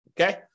Okay